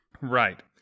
Right